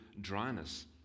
dryness